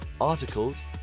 articles